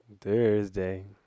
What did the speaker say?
Thursday